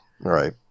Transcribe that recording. Right